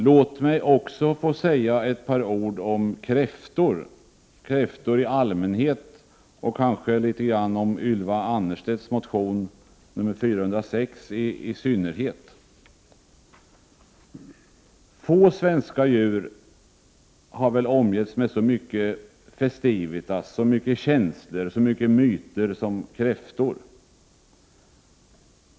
Låt mig också säga ett par ord om kräftor i allmänhet och om Ylva Annerstedts motion 406 i synnerhet. Få svenska djur har väl omgetts med så mycket festivitas, så mycket känslor och så många myter som kräftor.